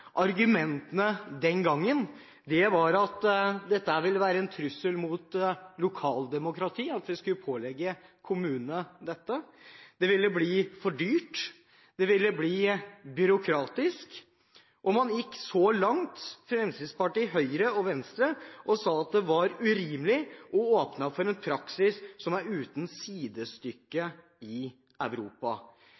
Argumentene den gangen var at det ville være en trussel mot lokaldemokratiet at vi skulle pålegge kommunene dette, det ville bli for dyrt og for byråkratisk, og Fremskrittspartiet, Høyre og Venstre gikk så langt som å si at det var urimelig å åpne opp for en praksis som var uten sidestykke